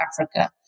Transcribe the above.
Africa